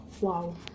wow